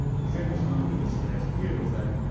the famous number this last year was that